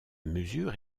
mesure